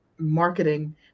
Marketing